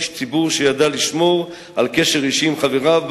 איש ציבור שידע לשמור על קשר אישי עם חבריו,